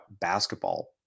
basketball